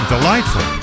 Delightful